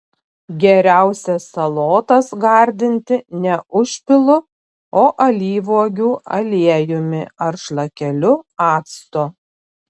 geriausia salotas gardinti ne užpilu o alyvuogių aliejumi ar šlakeliu acto